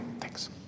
Thanks